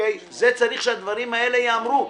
צריך שהדברים האלה ייאמרו.